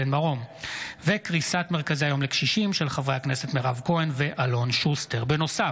בהצעתם של חברי הכנסת מירב כהן ואלון שוסטר בנושא: